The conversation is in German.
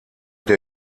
der